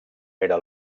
era